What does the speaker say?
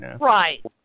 Right